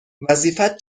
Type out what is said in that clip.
وظیفت